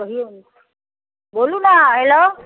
कहिऔ ने बोलू ने हेलो